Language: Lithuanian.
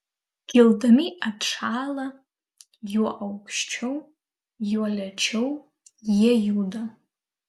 kildami atšąla juo aukščiau juo lėčiau jie juda